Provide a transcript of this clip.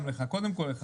קודם כל לך,